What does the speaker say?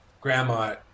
grandma